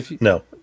No